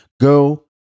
go